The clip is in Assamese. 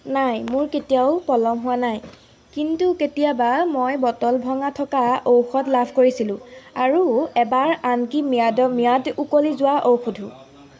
নাই মোৰ কেতিয়াও পলম হোৱা নাই কিন্তু কেতিয়াবা মই বটল ভঙা থকা ঔষধ লাভ কৰিছিলোঁ আৰু এবাৰ আনকি ম্যাদ ম্যাদ উকলি যোৱা ঔষধো